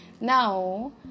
now